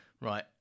Right